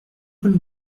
paul